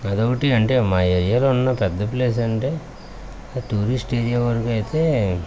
అది ఒకటి అంటే మా ఏరియాలో ఉన్న పెద్ద ప్లేస్ అంటే టూరిస్ట్ ఏరియా వరకు అయితే